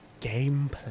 Gameplay